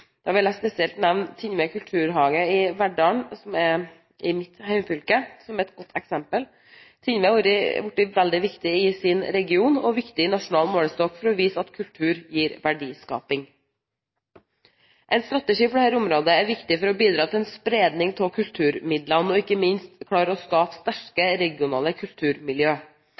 Da vil jeg spesielt nevne Tindved Kulturhage i Verdal i mitt hjemfylke som et godt eksempel. Tindved har blitt veldig viktig i sin region, og viktig i nasjonal målestokk for å vise at kultur gir verdiskaping. En strategi for dette området er viktig for å bidra til en spredning av kulturmidlene, og ikke minst klare å skape sterke regionale kulturmiljø.